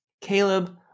Caleb